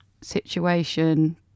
situation